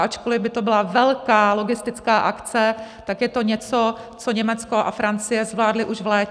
Ačkoliv by to byla velká logistická akce, tak je to něco, co Německo a Francie zvládly už v létě.